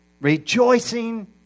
rejoicing